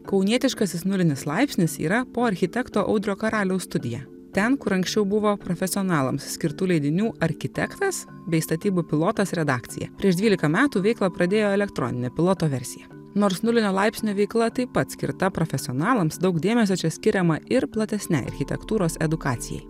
kaunietiškasis nulinis laipsnis yra po architekto audrio karaliaus studija ten kur anksčiau buvo profesionalams skirtų leidinių architektas bei statybų pilotas redakcija prieš dvylika metų veiklą pradėjo elektroninė piloto versija nors nulinio laipsnio veikla taip pat skirta profesionalams daug dėmesio čia skiriama ir platesnei architektūros edukacijai